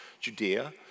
Judea